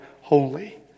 holy